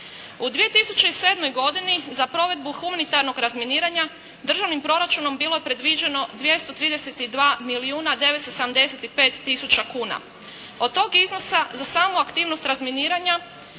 U 2007. godini za provedbu humanitarnog razminiranja državnim proračunom bilo je predviđeno 232 milijuna 975 tisuća kuna. Od tog iznosa za samu aktivnost razminiranja